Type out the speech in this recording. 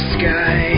sky